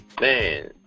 man